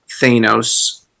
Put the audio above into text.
Thanos